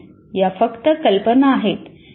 या फक्त कल्पना आहेत ज्या दोन संकल्पना जोडू शकतात